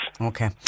Okay